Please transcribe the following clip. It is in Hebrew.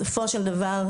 בסופו של דבר,